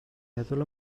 meddwl